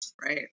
right